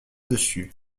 dessus